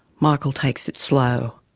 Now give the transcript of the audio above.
michael takes it slow.